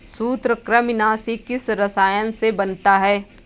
सूत्रकृमिनाशी किस रसायन से बनता है?